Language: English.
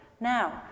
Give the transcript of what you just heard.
now